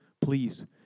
Please